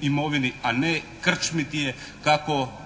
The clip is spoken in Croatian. imovini, a ne krčmiti je kako